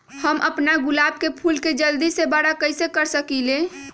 हम अपना गुलाब के फूल के जल्दी से बारा कईसे कर सकिंले?